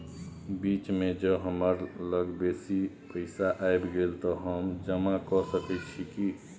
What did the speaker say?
बीच म ज हमरा लग बेसी पैसा ऐब गेले त हम जमा के सके छिए की?